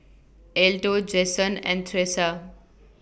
Alto Jasen and Thresa